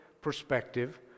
perspective